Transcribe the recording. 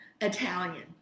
Italian